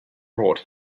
brought